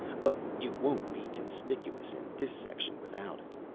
but you won't be conspicuous in this section without it.